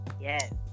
Yes